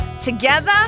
together